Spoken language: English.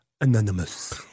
anonymous